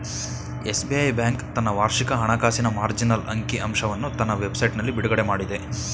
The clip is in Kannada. ಎಸ್.ಬಿ.ಐ ಬ್ಯಾಂಕ್ ತನ್ನ ವಾರ್ಷಿಕ ಹಣಕಾಸಿನ ಮಾರ್ಜಿನಲ್ ಅಂಕಿ ಅಂಶವನ್ನು ತನ್ನ ವೆಬ್ ಸೈಟ್ನಲ್ಲಿ ಬಿಡುಗಡೆಮಾಡಿದೆ